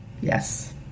Yes